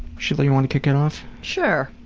sheila, you wanna kick it off? sure!